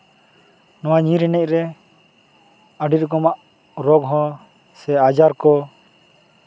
ᱱᱚᱣᱟ ᱧᱤᱨ ᱮᱱᱮᱡ ᱨᱮ ᱟᱹᱰᱤ ᱨᱚᱠᱚᱢᱟᱜ ᱨᱳᱜᱽ ᱦᱚᱸ ᱥᱮ ᱟᱡᱟᱨ ᱠᱚ